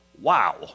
Wow